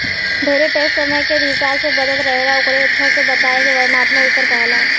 ढेरे टैक्स समय के हिसाब से बदलत रहेला ओकरे अच्छा से बताए के वर्णात्मक स्तर कहाला